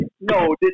no